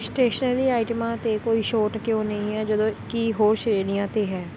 stationery ਆਈਟਮਾਂ 'ਤੇ ਕੋਈ ਛੋਟ ਕਿਉਂ ਨਹੀਂ ਹੈ ਜਦੋਂ ਕਿ ਹੋਰ ਸ਼੍ਰੇਣੀਆਂ 'ਤੇ ਹੈ